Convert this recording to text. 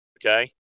Okay